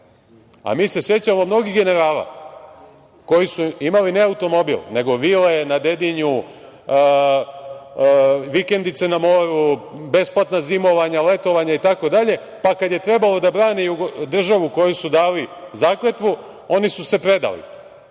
A mi se sećamo mnogih generala koji su imali ne automobil, nego vile na Dedinju, vikendice na moru, besplatna zimovanja, letovanja itd, pa kad je trebalo da brane državu kojoj su dali zakletvu, oni su se predali.